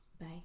bye